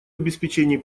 обеспечении